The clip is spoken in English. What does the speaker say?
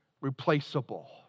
replaceable